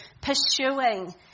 pursuing